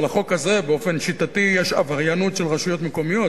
ועל החוק הזה באופן שיטתי יש עבריינות של רשויות מקומיות,